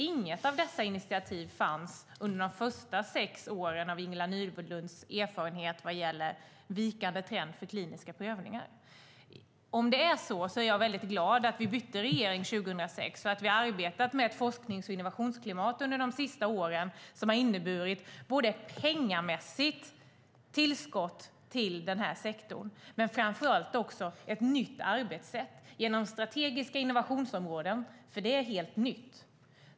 Inget av dessa initiativ fanns under de första sex åren av Ingela Nylunds erfarenhet vad gäller vikande trend för kliniska prövningar. Om det är så är jag glad att vi bytte regering 2006, att vi har arbetat med ett forsknings och innovationsklimat under de senaste åren som har inneburit ett pengamässigt tillskott till sektorn och ett nytt arbetssätt med hjälp av strategiska innovationsområden. Det är helt nytt.